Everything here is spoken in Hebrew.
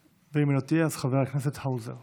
ואם היא לא תהיה, חבר הכנסת האוזר.